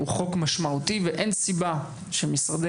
הוא חוק משמעותי ואין סיבה שמשרדי